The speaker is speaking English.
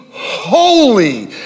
holy